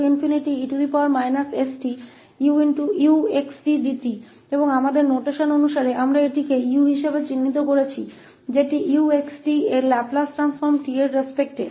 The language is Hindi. तो हमारे पास x0e stuxtdt है और हमारे नोटेशन के अनुसार हम इसे 𝑈 के रूप में निरूपित कर रहे हैं जो कि t के संबंध में 𝑢𝑥𝑡 का लाप्लास रूपांतर है